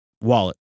wallet